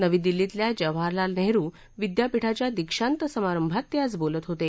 नवी दिल्लीतल्या जवाहरलाल नेहरू विद्यापीठाच्या दीक्षांत समारभात ते आज बोलत होते